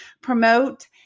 promote